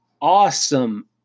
awesome